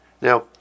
now